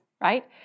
right